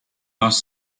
bus